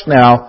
now